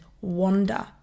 wander